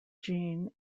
jean